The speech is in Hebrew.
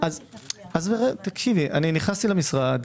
נכנסתי למשרד,